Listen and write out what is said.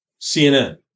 CNN